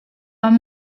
van